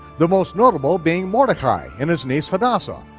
the most notable being mordechai, and his niece hadassah,